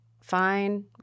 fine